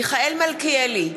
מיכאל מלכיאלי,